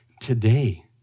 today